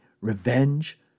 revenge